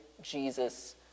Jesus